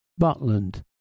Butland